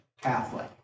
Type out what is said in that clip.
Catholic